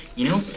you know?